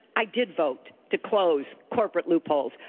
i did vote to close corporate loopholes.